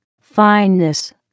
fineness